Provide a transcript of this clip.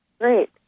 Great